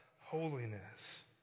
holiness